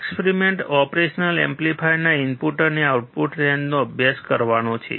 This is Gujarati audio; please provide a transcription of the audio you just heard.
એક્સપેરિમેન્ટ ઓપરેશનલ એમ્પ્લીફાયરના ઇનપુટ અને આઉટપુટ રેંજનો અભ્યાસ કરવાનો છે